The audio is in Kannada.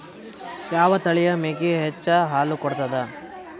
ಯಾವ ತಳಿಯ ಮೇಕಿ ಹೆಚ್ಚ ಹಾಲು ಕೊಡತದ?